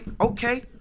okay